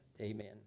Amen